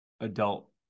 adult